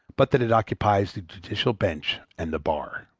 but that it occupies the judicial bench and the bar.